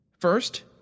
First